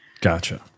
Gotcha